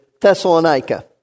Thessalonica